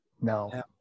No